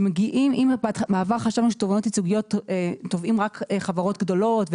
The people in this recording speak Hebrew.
אם פעם חשבנו שבתובענות ייצוגיות תובעים רק חברות גדולות,